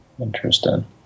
Interesting